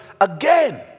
again